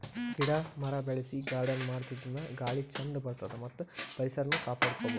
ಗಿಡ ಮರ ಬೆಳಸಿ ಗಾರ್ಡನ್ ಮಾಡದ್ರಿನ್ದ ಗಾಳಿ ಚಂದ್ ಬರ್ತದ್ ಮತ್ತ್ ಪರಿಸರನು ಕಾಪಾಡ್ಕೊಬಹುದ್